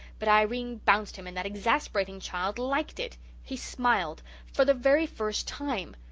but irene bounced him and that exasperating child liked it. he smiled for the very first time.